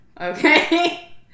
okay